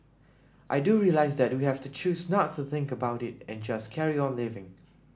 I do realise that we have to choose not to think about it and just carry on living